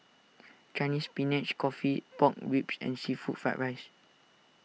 Chinese Spinach Coffee Pork Ribs and Seafood Fried Rice